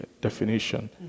definition